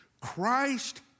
Christ